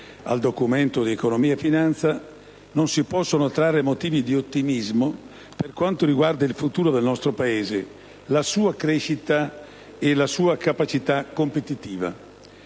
al Documento di economia e finanza non si possono trarre motivi di ottimismo per quanto riguarda il futuro del nostro Paese, la sua crescita e la sua capacità competitiva.